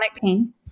pain